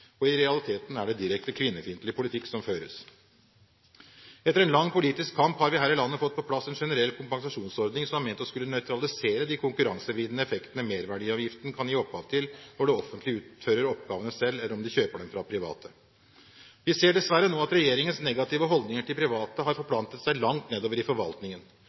omsorgsfeltet. I realiteten er det en direkte kvinnefiendtlig politikk som føres. Etter en lang politisk kamp har vi her i landet fått på plass en generell kompensasjonsordning som var ment å skulle nøytralisere de konkurransevridende effektene merverdiavgiften kan gi opphav til, når det offentlige utfører oppgavene selv, eller om de kjøper dem fra private. Vi ser dessverre nå at regjeringens negative holdninger til private har forplantet seg langt nedover i forvaltningen.